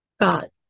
God